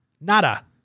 Nada